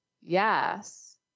Yes